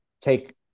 take